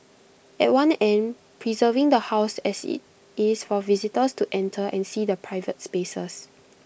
at one end preserving the house as IT is for visitors to enter and see the private spaces